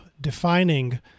defining